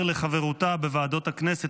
מעבר לחברותה בוועדות הכנסת,